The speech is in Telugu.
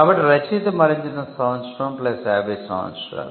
కాబట్టి రచయిత మరణించిన సంవత్సరం ప్లస్ 50 సంవత్సరాలు